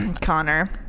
Connor